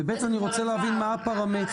ו-ב', אני רוצה להבין מה הפרמטרים.